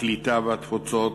הקליטה והתפוצות,